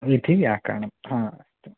इति व्याकरणं हा